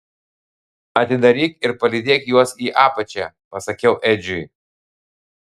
atidaryk ir palydėk juos į apačią pasakiau edžiui